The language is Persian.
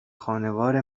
خانوار